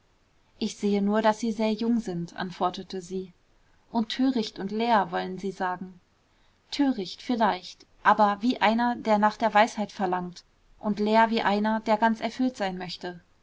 ich sehe nur daß sie sehr jung sind antwortete sie und töricht und leer wollen sie sagen töricht vielleicht aber wie einer der nach weisheit verlangt und leer wie einer der ganz erfüllt sein möchte